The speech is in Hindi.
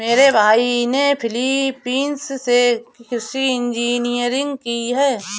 मेरे भाई ने फिलीपींस से कृषि इंजीनियरिंग की है